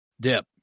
dip